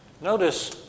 notice